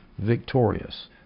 victorious